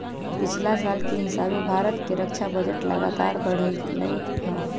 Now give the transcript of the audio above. पछिला साल के हिसाबे भारत के रक्षा बजट लगातार बढ़लइ ह